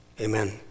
Amen